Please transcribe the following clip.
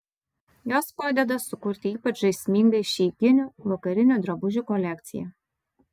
jos padeda sukurti ypač žaismingą išeiginių vakarinių drabužių kolekciją